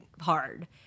hard